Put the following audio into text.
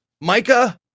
Micah